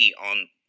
on